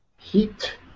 Heat